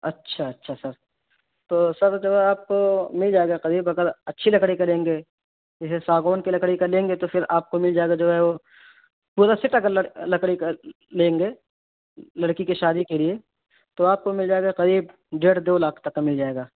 اچھا اچھا سر تو سر جو ہے آپ کو مل جائے گا قریب اگر اچھی لکڑی کا لیں گے جیسے ساگوان کی لکڑی کا لیں گے تو پھر آپ کو مل جائے گا جو ہے وہ پورا سیٹ اگر لکڑی کا لیں گے لڑکی کی شادی کے لیے تو آپ کو مل جائے گا قریب ڈیڑھ دو لاکھ تک کا مل جائے گا